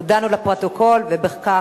הודענו לפרוטוקול ובכך